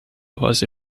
was